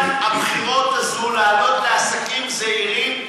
הבחירות הזאת להעלאות לעסקים זעירים,